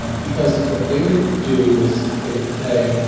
um because what they would do was they would say,